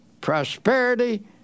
prosperity